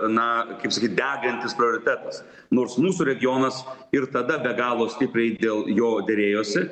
na kaip sakyt degantis prioritetas nors mūsų regionas ir tada be galo stipriai dėl jo derėjosi